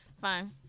fine